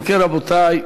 אם כן, רבותי,